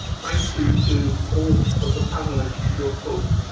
thank you to all of the panelists for your talks.